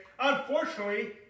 Unfortunately